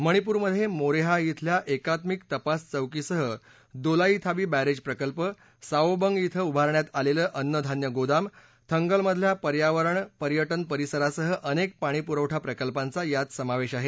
मणिपूरमध्ये मोरेहा इथल्या एकात्मिक तपास चौकी सह दोलाईथाबी बॅरेज प्रकल्प सावोबंग इथं उभारण्यात आलेलं अन्नधान्य गोदाम थंगलमधल्या पर्यावरण पर्यटन परिसरासह अनेक पाणीपुरवठा प्रकल्पांचा यात समावेश आहे